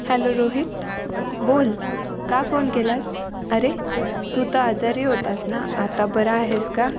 hello Rohit बोल का phone केलास अरे तू त आजारी होतास ना आता बरा आहेस का